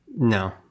No